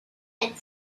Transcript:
and